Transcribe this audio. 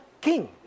king